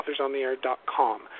AuthorsOnTheAir.com